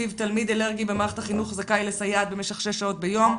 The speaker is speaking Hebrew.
לפיו תלמיד אלרגי במערכת החינוך זכאי לסייעת במשך שש שעות ביום,